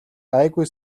гайгүй